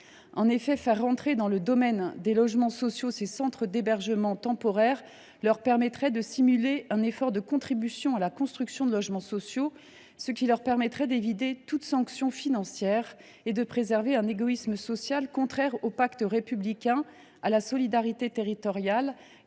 En effet, faire entrer dans le domaine des logements sociaux ces centres d’hébergement temporaire leur permettrait de simuler un effort de contribution à la construction de logements sociaux et d’éviter ainsi toute sanction financière. Ils pourraient alors préserver un égoïsme social contraire au pacte républicain, à la solidarité territoriale